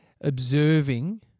observing